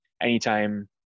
anytime